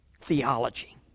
theology